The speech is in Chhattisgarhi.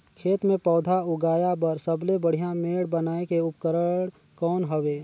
खेत मे पौधा उगाया बर सबले बढ़िया मेड़ बनाय के उपकरण कौन हवे?